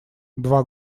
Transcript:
два